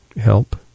help